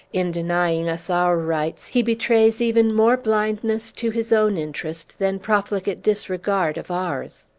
in denying us our rights, he betrays even more blindness to his own interests than profligate disregard of ours!